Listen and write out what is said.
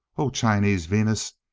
o chinese venus!